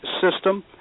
system